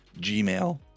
Gmail